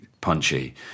punchy